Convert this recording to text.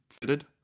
fitted